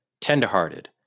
tenderhearted